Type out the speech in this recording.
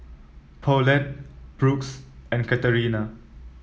Paulette Brooks and Katarina